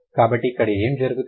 కాబట్టి ఇక్కడ ఏమి జరుగుతుంది